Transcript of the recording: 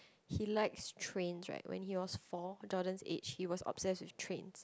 he likes trains right when he was four Jordan's age he was obsessed with trains